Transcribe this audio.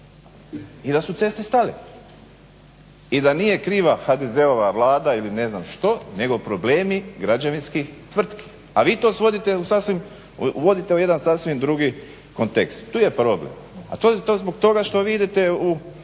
i da su ceste stale. I da nije kriva HDZ-ova Vlada ili ne znam što nego problemi građevinskih tvrtki, a vi to vodite u jedan sasvim drugi kontekst. Tu je problem. A to zbog toga što vi idete u